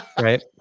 Right